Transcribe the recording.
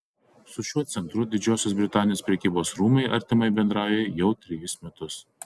su šiuo centru didžiosios britanijos prekybos rūmai artimai bendrauja jau trejus metus